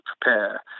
prepare